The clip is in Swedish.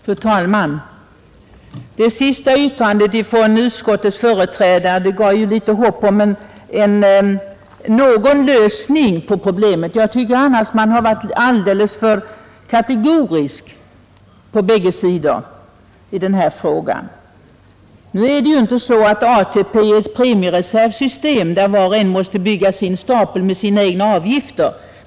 Fru talman! Det sista yttrandet av utskottets företrädare ingav ju vissa förhoppningar om en lösning på problemet. Jag tycker annars man har varit alltför kategorisk på bägge sidor i denna fråga. ATP är ju inte ett premiereservsystem där var och en måste bygga sin stapel med sina egna avgifter.